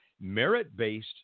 merit-based